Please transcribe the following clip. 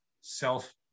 self